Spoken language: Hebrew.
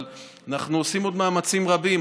אבל אנחנו עושים עוד מאמצים רבים.